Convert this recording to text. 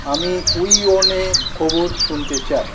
আমি উইয়োনে খবর শুনতে চাই